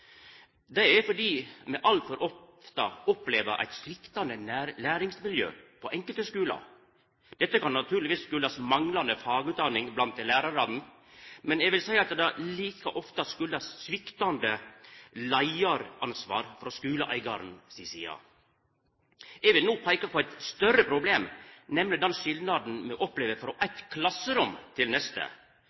Det er fordi me altfor ofte opplever eit sviktande læringsmiljø på enkelte skular. Dette kan naturlegvis ha si årsak i manglande fagutdanning blant lærarane, men eg vil seia at det like ofte er sviktande leiaransvar frå skuleeigaren si side. Eg vil no peika på eit større problem, nemleg den skilnaden me opplever frå eit klasserom til neste.